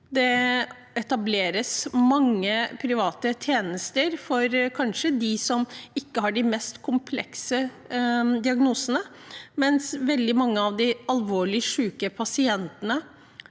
Det etableres mange private tjenester for dem som kanskje ikke har de mest komplekse diagnosene, mens veldig mange av de alvorlig syke pasientene